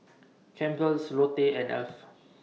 Campbell's Lotte and Alf